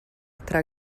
tra